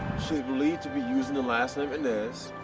she's believed to be using the last name inez,